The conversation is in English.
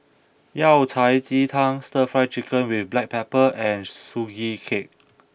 Yao Cai Ji Tang Stir Fry Chicken with black pepper and Sugee Cake